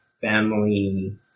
family